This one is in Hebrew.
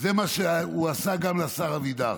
זה מה שהוא עשה גם לשר אבידר.